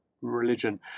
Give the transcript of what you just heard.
religion